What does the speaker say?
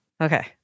Okay